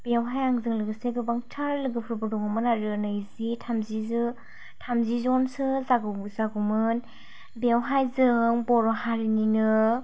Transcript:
बेयावहाय आंजों लोगोसे गोबांथार लोगोफोरबो दङमोन आरो नैजि थामजि जो थामजि जनसो जागौ जागौमोन बेयावहाय जों बर' हारिनिनो